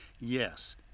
Yes